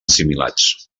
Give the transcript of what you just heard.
assimilats